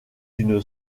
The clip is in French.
d’une